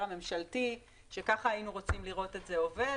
הממשלתי שככה היינו רוצים לראות את זה עובד,